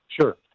sure